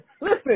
Listen